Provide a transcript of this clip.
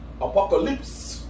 Apocalypse